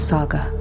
Saga